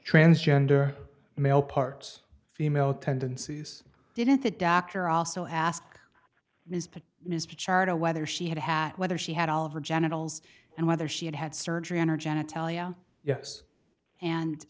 transgender male parts female tendencies didn't the doctor also ask mr mr charter whether she had had whether she had all of her genitals and whether she had had surgery on her genitalia yes